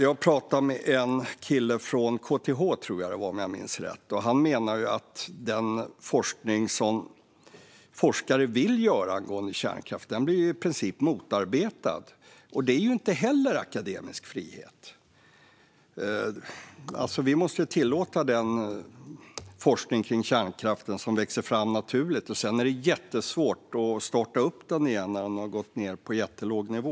Jag pratade med en kille från KTH, tror jag att det var, och han menade att den forskning om kärnkraft som forskare vill göra i princip blir motarbetad. Det är inte heller akademisk frihet. Vi måste tillåta den forskning om kärnkraft som växer fram naturligt. Sedan är det jättesvårt att starta upp den igen när den har gått ned på jättelåg nivå.